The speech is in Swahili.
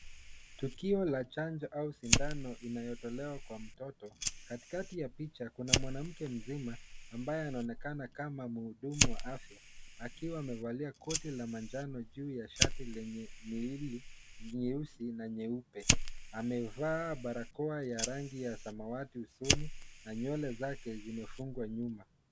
Tukio la chanjo au sindano inayotolewa kwa mtoto. Katikati ya picha kuna mwanamke mzima ambaye anaonekana kama mhudumu wa afya akiwa amevalia koti la manjano juu ya shati lenye miili nyeusi na nyeupe. Amevaa barakoa ya rangi ya samawati usoni na nywele zake zimefungwa nyuma.